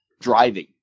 driving